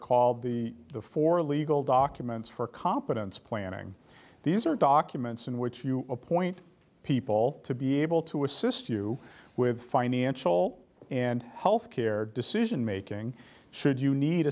called the four legal documents for competence planning these are documents in which you appoint people to be able to assist you with financial and health care decision making should you need